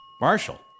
Marshall